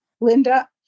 Linda